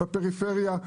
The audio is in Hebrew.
פריפריה,